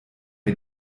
mir